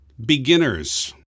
Beginners